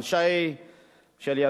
אתה אומר טָף או טֵף,